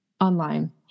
Online